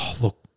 look